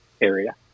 area